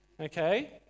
Okay